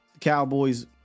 Cowboys